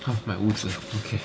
cause 买屋子 okay